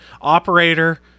Operator